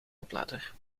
oplader